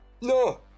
No